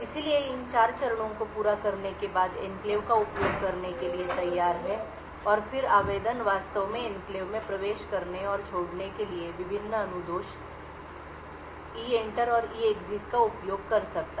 इसलिए इन 4 चरणों को पूरा करने के बाद एन्क्लेव का उपयोग करने के लिए तैयार है और फिर आवेदन वास्तव में एन्क्लेव में प्रवेश करने और छोड़ने के लिए विभिन्न अनुदेश EENTER और EEXIT का उपयोग कर सकता है